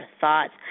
thoughts